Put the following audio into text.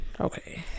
Okay